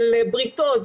של בריתות,